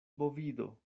bovido